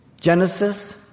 Genesis